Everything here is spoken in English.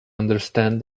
understand